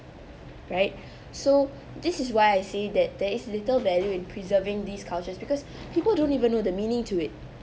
right so this is why I see that there is little value in preserving these cultures because people don't even know the meaning to it